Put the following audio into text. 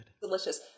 delicious